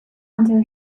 until